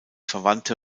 verwandte